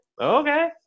Okay